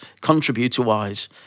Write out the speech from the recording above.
contributor-wise